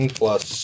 plus